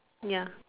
ya